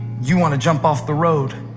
you want to jump off the road.